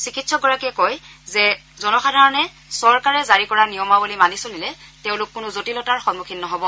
চিকিৎসকগৰাকীয়ে কয় যে জনসাধাৰণে চৰকাৰে জাৰি কৰা নিয়মাৱলী মানি চলিলে তেওঁলোক কোনো জটিলতাৰ সন্মুখীন নহব